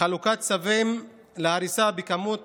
חלוקת צווים להריסה בכמות